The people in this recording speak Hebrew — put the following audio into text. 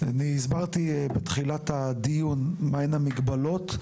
אני הסברתי בראשית הדיון מהן המגבלות,